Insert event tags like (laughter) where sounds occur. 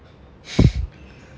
(laughs)